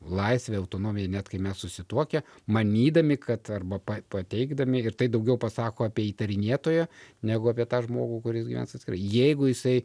laisvė autonomija net kai mes susituokę manydami kad arba pa pateikdami ir tai daugiau pasako apie įtarinėtoją negu apie tą žmogų kuris gyvens atskirai jeigu jisai